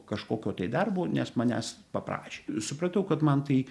kažkokio tai darbo nes manęs paprašė supratau kad man tai